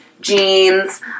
jeans